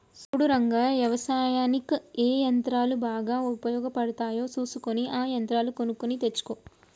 సూడు రంగయ్య యవసాయనిక్ ఏ యంత్రాలు బాగా ఉపయోగపడుతాయో సూసుకొని ఆ యంత్రాలు కొనుక్కొని తెచ్చుకో